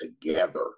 together